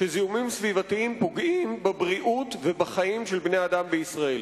שזיהומים סביבתיים פוגעים בבריאות ובחיים של בני אדם בישראל.